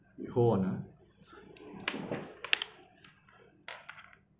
you hold on ah